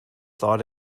thought